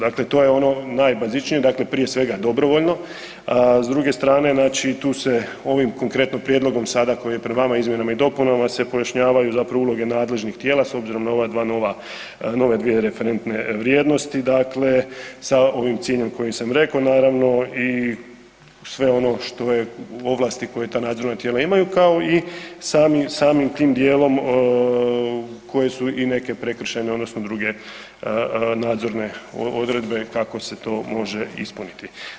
Dakle, to je ono najbazičnije, dakle prije svega dobrovoljno, s druge strane znači tu se ovim konkretno prijedlogom sada koji je pred vama, izmjena i dopunama se pojašnjavaju zapravo uloge nadležnih tijela s obzirom na nove dvije referentne vrijednosti, dakle sa ovim ciljem kojim sam rekao, naravno i sve ono što je u oblasti koja ta nadzorna tijela imaju kao i samim tim dijelom koje su i neke prekršajne odredbe druge nadzorne odredbe kako se to može ispuniti.